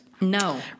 No